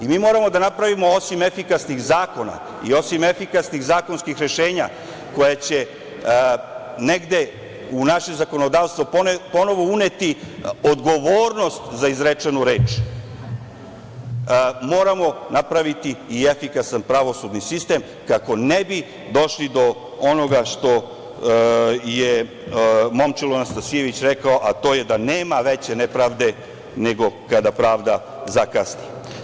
Mi moramo da napravimo, osim efikasnih zakona, i osim efikasnih zakonskih rešenja koje će negde u naše zakonodavstvo ponovo uneti odgovornost za izrečenu reč, moramo napraviti i efikasan pravosudni sistem kako ne bi došli do onoga što je Momčilo Nastasijević rekao, a to je – nema veće nepravde, nego kada pravda zakasni.